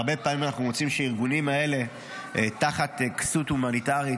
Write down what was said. הרבה פעמים אנחנו מוצאים שתחת כסות הומניטרית,